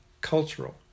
cultural